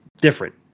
different